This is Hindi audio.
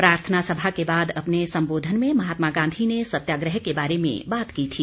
प्रार्थना सभा के बाद अपने संबोधन में महात्मा गांधी ने सत्याग्रह के बारे में बात की थी